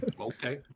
Okay